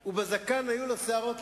בסדר, אנחנו נאפס ונחכה שיהיו מוכנים לשמוע.